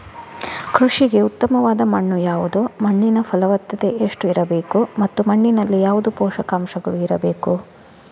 ಕೃಷಿಗೆ ಉತ್ತಮವಾದ ಮಣ್ಣು ಯಾವುದು, ಮಣ್ಣಿನ ಫಲವತ್ತತೆ ಎಷ್ಟು ಇರಬೇಕು ಮತ್ತು ಮಣ್ಣಿನಲ್ಲಿ ಯಾವುದು ಪೋಷಕಾಂಶಗಳು ಇರಬೇಕು?